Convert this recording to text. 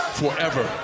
forever